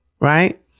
right